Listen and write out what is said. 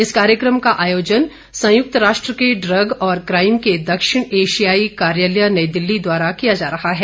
इस कार्यक्रम का आयोजन संयुक्त राष्ट्र के ड्रग और काइम के दक्षिण एशियाई कार्यालय नई दिल्ली द्वारा किया जा रहा है